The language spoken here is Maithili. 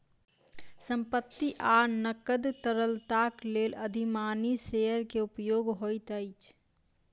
संपत्ति आ नकद तरलताक लेल अधिमानी शेयर के उपयोग होइत अछि